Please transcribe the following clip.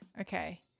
Okay